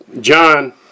John